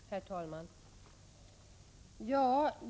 Herr talman!